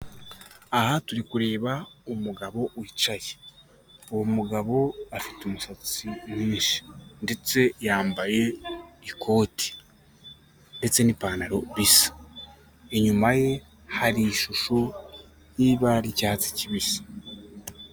Aha turi kureba umugabo wicaye uwo mugabo afite umusatsi mwinshi, ndetse yambaye ikoti ndetse n'ipantaro bisa inyuma ye hari ishusho y'ibara ry'icyatsi kibisi.